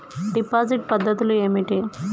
Deposit పద్ధతులు ఏమిటి?